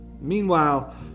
Meanwhile